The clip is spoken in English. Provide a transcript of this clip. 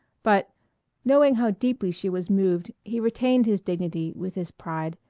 but knowing how deeply she was moved he retained his dignity with his pride,